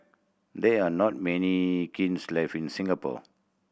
there are not many kilns left in Singapore